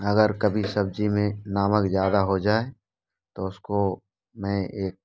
अगर कभी सब्ज़ी में नमक ज़्यादा हो जाए तो उसको मैं एक